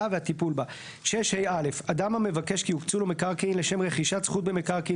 והטיפול בה 6ה. (א) אדם המבקש יוקצו לו מקרקעין לשם רכישת זכות במקרקעין